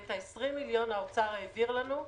ואת ה-20 מיליון האוצר העביר לנו,